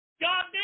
God